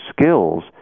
skills